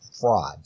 fraud